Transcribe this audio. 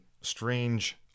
strange